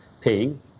paying